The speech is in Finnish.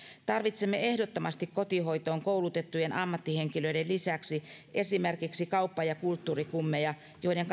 tarvitsemme ehdottomasti kotihoitoon koulutettujen ammattihenkilöiden lisäksi esimerkiksi kauppa ja kulttuurikummeja joiden